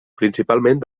principalment